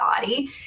body